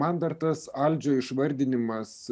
man dar tas aldžio išvardinimas